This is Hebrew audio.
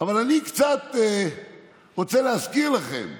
אני רוצה להזכיר לכם קצת.